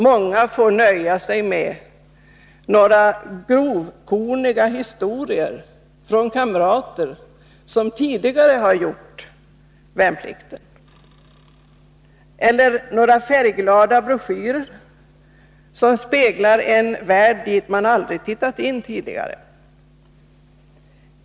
Många får nöja sig med några grovkorniga historier från kamrater som tidigare gjort sin värnplikt eller några färgglada broschyrer som speglar en helt ny värld dit de aldrig tittat in.